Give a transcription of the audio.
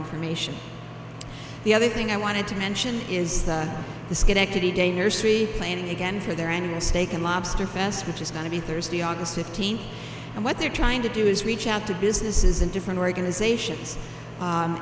information the other thing i wanted to mention is the schenectady day nursery planning again for their annual steak and lobster fest which is going to be thursday august fifteenth and what they're trying to do is reach out to businesses and different organizations